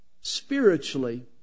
spiritually